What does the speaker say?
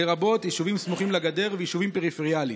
לרבות ישובים סמוכים לגדר וישובים פריפריאליים.